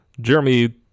Jeremy